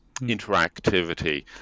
interactivity